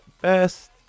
best